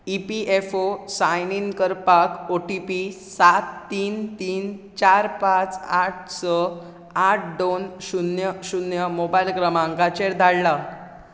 EPFO sign in करपाक OTP सात तीन तीन चार पांच आठ स आठ दोन शुन्य शुन्य मोबायल क्रमांकाचेर धाडला